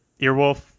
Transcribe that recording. Earwolf